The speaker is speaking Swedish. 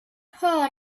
höra